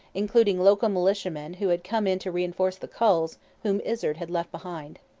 including local militiamen who had come in to reinforce the culls whom izard had left behind.